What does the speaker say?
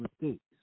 mistakes